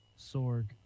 Sorg